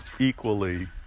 Equally